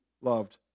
loved